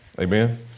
amen